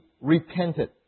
repented